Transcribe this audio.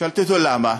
שאלתי אותו למה,